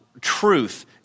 truth